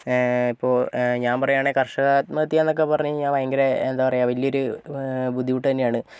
ഇപ്പോൾ ഞാൻ പറയാണേൽ കർഷക ആത്മഹത്യ എന്നൊക്കെ പറഞ്ഞു കഴിഞ്ഞാൽ ഭയങ്കര എന്താ പറയാ വലിയൊരു ബുദ്ധിമുട്ട് തന്നെയാണ്